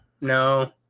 No